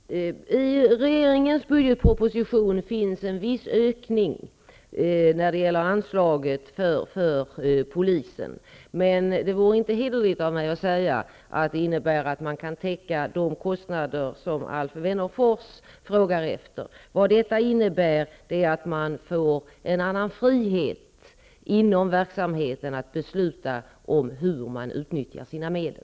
Herr talman! I regeringens budgetproposition finns en viss ökning när det gäller anslaget till polisen. Men det vore inte hederligt av mig att säga att det innebär att man kan täcka de kostnader som Alf Wennerfors frågar efter. Det innebär att man inom verksamheten får en annan frihet att besluta hur man utnyttjar sina medel.